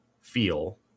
feel